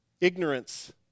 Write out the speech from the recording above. ignorance